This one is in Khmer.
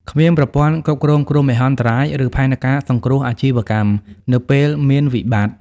គ្មានប្រព័ន្ធគ្រប់គ្រងគ្រោះមហន្តរាយ ឬផែនការសង្គ្រោះអាជីវកម្ម នៅពេលមានវិបត្តិ។